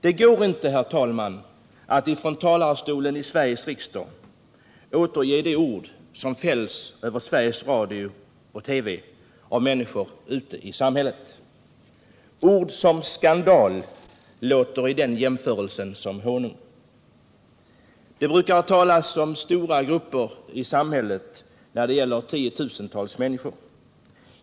Det går inte, herr talman, att från talarstolen i Sveriges riksdag återge de ord som fälls över Sveriges Radio och TV av människor ute i samhället. Ord som skandal låter i den jämförelsen som honung. Det brukar talas om stora grupper i samhället när det gäller tiotusentals människor.